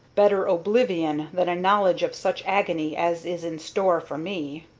better oblivion than a knowledge of such agony as is in store for me.